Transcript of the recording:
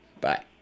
Bye